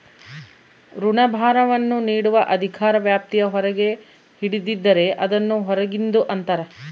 ಋಣಭಾರವನ್ನು ನೀಡುವ ಅಧಿಕಾರ ವ್ಯಾಪ್ತಿಯ ಹೊರಗೆ ಹಿಡಿದಿದ್ದರೆ, ಅದನ್ನು ಹೊರಗಿಂದು ಅಂತರ